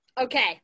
okay